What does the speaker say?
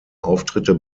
auftritte